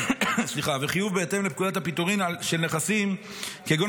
וחיוב בהתאם לפקודת הפיטורין של נכסים כגון